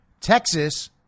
Texas